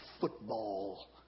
football